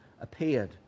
appeared